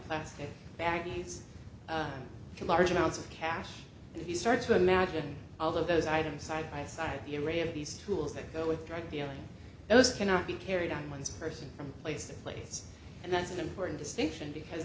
plastic baggies and large amounts of cash and he starts to imagine all of those items side by side here a of these tools that go with drug dealing those cannot be carried on one's person from place to place and that's an important distinction because